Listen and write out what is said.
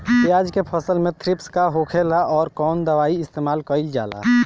प्याज के फसल में थ्रिप्स का होखेला और कउन दवाई इस्तेमाल कईल जाला?